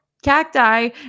cacti